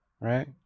Right